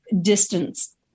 distance